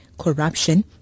corruption